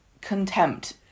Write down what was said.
contempt